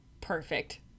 Perfect